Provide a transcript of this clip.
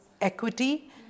equity